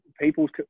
people's